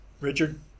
Richard